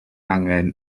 angen